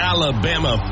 Alabama